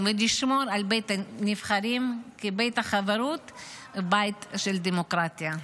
ונשמור על בית הנבחרים כבית החברות ובית של דמוקרטיה.